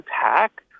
attack